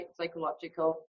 psychological